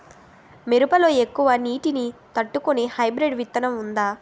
మిరప లో ఎక్కువ నీటి ని తట్టుకునే హైబ్రిడ్ విత్తనం వుందా?